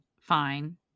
fine